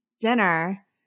dinner